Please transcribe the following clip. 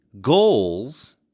Goals